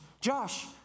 Josh